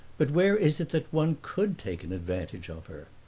but where is it that one could take an advantage of her?